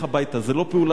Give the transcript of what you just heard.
זו לא פעולה של מנהיגות.